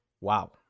wow